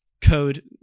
code